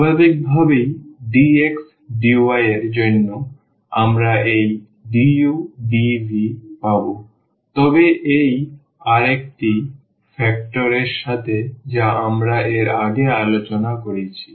স্বাভাবিকভাবেই dx dy এর জন্য আমরা এই du dv পাব তবে এই আরেকটি ফ্যাক্টর এর সাথে যা আমরা এর আগে আলোচনা করেছি